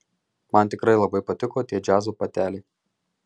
man tikrai labai patiko tie džiazo bateliai